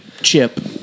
chip